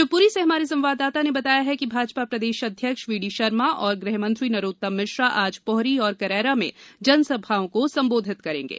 शिवपुरी से हमारे संवाददाता ने बताया है कि भाजपा प्रदेश अध्यक्ष बीडी शर्मा और गृहमंत्री नरौत्तम मिश्रा आज पोहरी और करैरा में जनसभाओं को संबोधित करेंगे